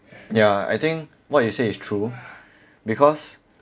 ya I think what you say is true because